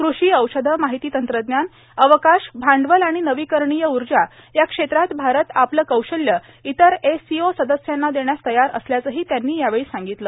कृषी औषधं माहिती तंत्रज्ञान अवकाश भांडवल आणि नवीकरणीय ऊर्जा या क्षेत्रांत भारत आपलं कौशल्य इतर एससीओ सदस्यांना देण्यास तयार असल्याचंही त्यांनी सांगितलं